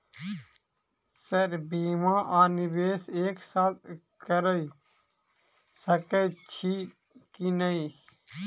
Sir बीमा आ निवेश एक साथ करऽ सकै छी की न ई?